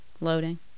Loading